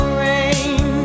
rain